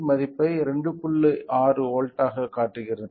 6 வோல்ட்டாகக் காட்டுகிறது